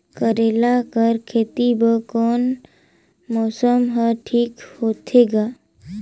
करेला कर खेती बर कोन मौसम हर ठीक होथे ग?